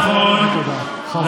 אני